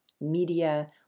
media